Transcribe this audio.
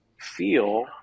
feel